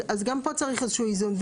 אז גם פה צריך איזה שהוא איזון.